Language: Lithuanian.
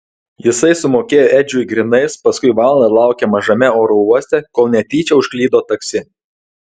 jisai sumokėjo edžiui grynais paskui valandą laukė mažame oro uoste kol netyčia užklydo taksi